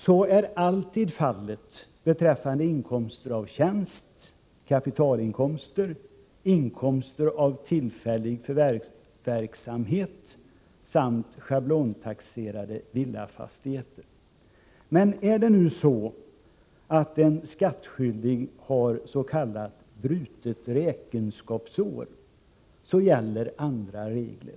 Så är alltid fallet beträffande inkomster av tjänst, kapitalinkomster, inkomster av tillfällig förvärvsverksamhet samt schablontaxerade villafastigheter. Men om en skattskyldig har s.k. brutet räkenskapsår, gäller andra regler.